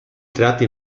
teatri